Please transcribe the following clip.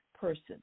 person